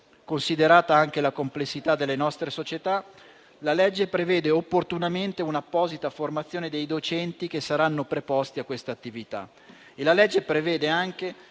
considerata anche la complessità delle nostre società, la legge prevede opportunamente un'apposita formazione dei docenti che saranno preposti a questa attività. E la legge prevede anche